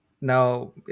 now